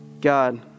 God